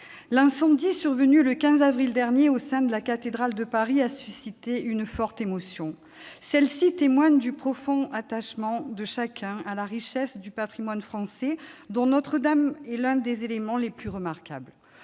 l'incendie survenu le 15 avril dernier au sein de la cathédrale de Paris a suscité une forte émotion. Celle-ci témoigne du profond attachement de chacun à la richesse du patrimoine français, dont Notre-Dame est l'un des éléments les plus remarquables.